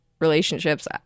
relationships